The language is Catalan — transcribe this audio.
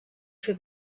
fer